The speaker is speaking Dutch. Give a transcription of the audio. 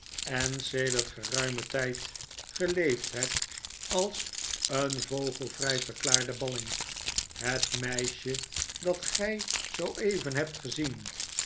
en sedert geruimen tijd geleefd heb als een vogelvrij verklaarde balling het meisje dat gij zooeven hebt gezien